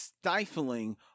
stifling